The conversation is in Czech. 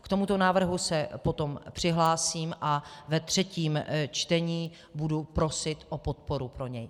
K tomuto návrhu se potom přihlásím a ve třetím čtení budu prosit o podporu pro něj.